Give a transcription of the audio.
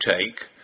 take